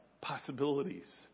possibilities